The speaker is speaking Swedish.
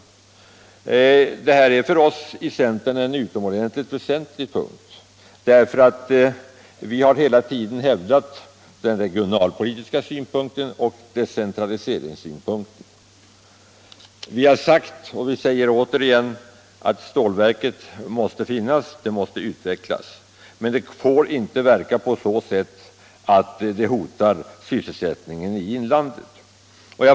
Detta är för oss i centern en utomordentligt väsentlig sak: Vi har nämligen hela tiden hävdat den regionalpolitiska synpunkten och decentraliseringssynpunkten. Vi har sagt — och säger återigen — att stålverket måste finnas och att det måste utvecklas. Men det får inte verka på sådant sätt att det hotar sysselsättningen i inlandet.